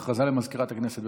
הודעה לסגנית מזכירת הכנסת,